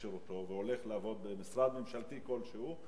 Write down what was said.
שירותו והולך לעבוד במשרד ממשלתי כלשהו,